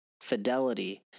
fidelity